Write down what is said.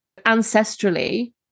ancestrally